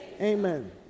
Amen